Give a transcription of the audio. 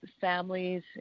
Families